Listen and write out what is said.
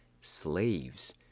slaves